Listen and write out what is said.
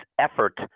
effort